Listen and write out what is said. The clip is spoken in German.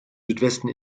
südwesten